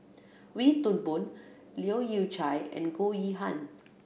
Wee Toon Boon Leu Yew Chye and Goh Yihan